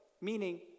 meaning